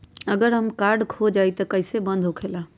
अगर हमर कार्ड खो जाई त इ कईसे बंद होकेला?